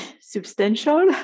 substantial